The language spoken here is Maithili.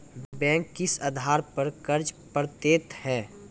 बैंक किस आधार पर कर्ज पड़तैत हैं?